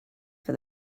for